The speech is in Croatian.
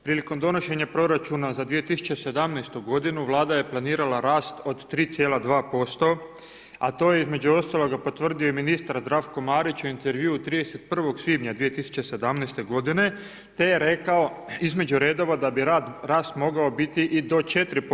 Prilikom donošenja proračuna za 2017. godinu Vlada je planirala rast od 3,2%, a to je između ostaloga, potvrdio i ministar Zdravko Marić u intervjuu od 31. svibnja 2017. godine, te je rekao između redova da bi rast mogao biti i do 4%